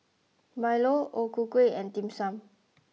Milo O Ku Kueh and Dim Sum